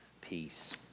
peace